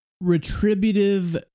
retributive